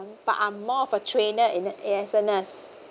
but I'm more of a trainer in the as a nurse